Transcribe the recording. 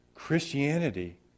Christianity